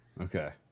okay